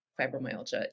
fibromyalgia